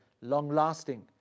long-lasting